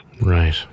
Right